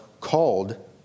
called